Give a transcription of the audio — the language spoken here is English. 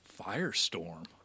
Firestorm